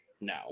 no